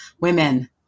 women